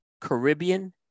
Caribbean